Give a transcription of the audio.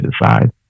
decide